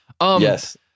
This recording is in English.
Yes